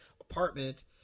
apartment